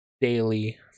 daily